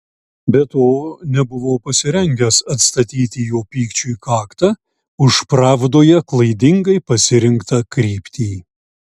be to nebuvau pasirengęs atstatyti jo pykčiui kaktą už pravdoje klaidingai pasirinktą kryptį